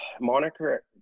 Moniker